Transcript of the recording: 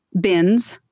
bins